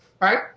right